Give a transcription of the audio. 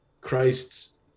christ's